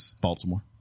Baltimore